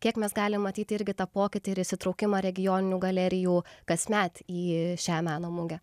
kiek mes galime matyti irgi tą pokytį ir įsitraukimą regioninių galerijų kasmet į šią meno mugę